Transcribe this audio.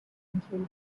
include